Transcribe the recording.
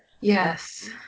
Yes